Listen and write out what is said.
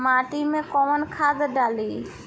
माटी में कोउन खाद डाली?